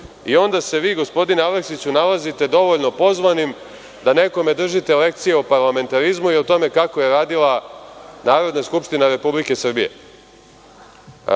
i onda se vi gospodine Aleksiću nalazite dovoljno pozvanim da nekome držite lekcije o parlamentarizmu i o tome kako je radila Narodna skupština Republike Srbije. Ako